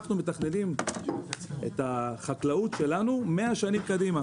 אנחנו מתכננים את החקלאות שלנו 100 שנים קדימה.